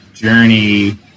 journey